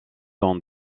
dans